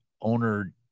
owner